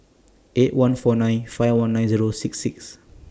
eight one four nine five one nine Zero six six